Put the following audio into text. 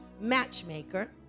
matchmaker